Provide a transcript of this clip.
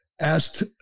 asked